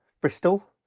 Bristol